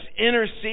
intercede